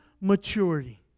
maturity